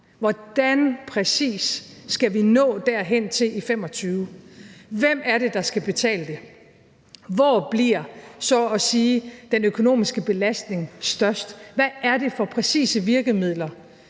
hvordan skal vi nå derhen til i 2025? Hvem er det, der skal betale det? Hvor bliver så at sige den økonomiske belastning størst? Hvad er det præcist for virkemidler,